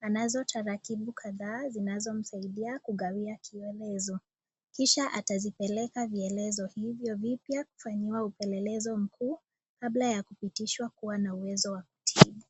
Anazo tarakilishi kadhaa zinazomsaidia kugawia kielezo kisha atazipeleka vielezo hivyo vipya kufanyiwa upelelezi mkuu kabla ya kupitishwa kuw ana uwezo wa kutibu.